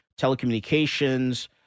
telecommunications